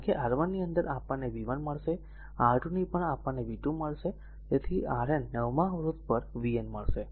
કારણ કે r 1 ની અંદર આપણને v 1 મળશે r 2 ની પર આપણને v 2 મળશે અને તેથી Rn નવમા અવરોધ પર vn મળશે